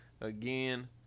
again